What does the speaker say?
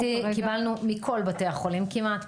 PET-CT קיבלנו מכל בתי החולים כמעט.